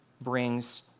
brings